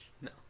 No